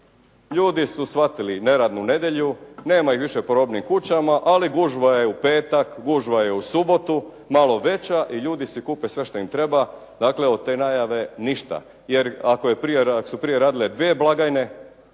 ljudi su shvatili neradnu nedjelju, nema ih više po robnim kućama, ali gužva je u petak, gužva je u subotu malo veća i ljudi si kupe sve što im treba, dakle od te najave ništa. Jer ako su prije dvije blagajne,